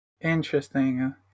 Interesting